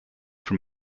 from